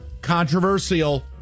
Controversial